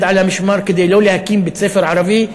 על המשמר כדי לא להקים בית-ספר ערבי.